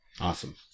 Awesome